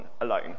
alone